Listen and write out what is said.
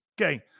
Okay